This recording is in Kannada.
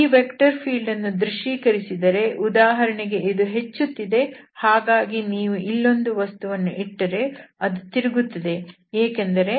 ಈ ವೆಕ್ಟರ್ ಫೀಲ್ಡ್ ಅನ್ನು ದೃಶ್ಯೀಕರಿಸಿದರೆ ಉದಾಹರಣೆಗೆ ಇದು ಹೆಚ್ಚುತ್ತಿದೆ ಹಾಗಾಗಿ ನೀವು ಇಲ್ಲೊಂದು ವಸ್ತುವನ್ನು ಇಟ್ಟರೆ ಅದು ತಿರುಗುತ್ತದೆ ಯಾಕೆಂದರೆ